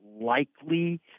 likely